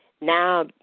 now